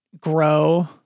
grow